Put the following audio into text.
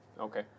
Okay